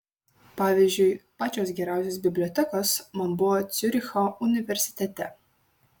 pavyzdžiui pačios geriausios bibliotekos man buvo ciuricho universitete